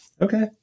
okay